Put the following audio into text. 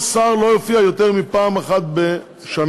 כל שר לא יופיע יותר מפעם אחת בשנה,